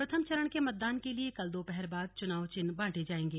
प्रथम चरण के मतदान के लिए कल दोपहर बाद चुनाव चिन्ह बांटे जाएंगे